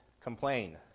complain